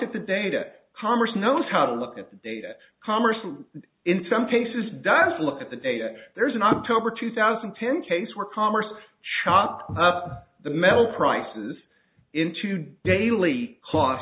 at the data commerce knows how to look at the data commerce in some cases does look at the data there's an october two thousand and ten case where commerce chopped up the metal prices into daily c